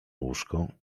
łóżko